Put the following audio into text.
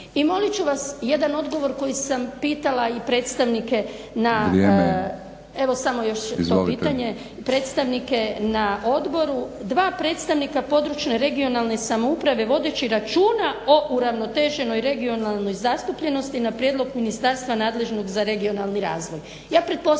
Izvolite./… Evo samo još to pitanje. Predstavnike na odboru, dva predstavnika područne, regionalne samouprave vodeći računa o uravnoteženoj regionalnoj zastupljenosti na prijedlog Ministarstva nadležnog za regionalni razvoj.